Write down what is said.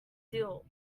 steel